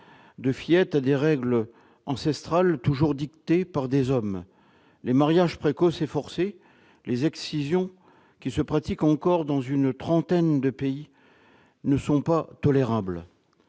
de fillettes à des règles ancestrales, toujours dictées par des hommes. Les mariages précoces et forcés, les excisions, qui se pratiquent encore dans une trentaine de pays, ne sont pas tolérables.